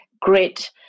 grit